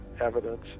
evidence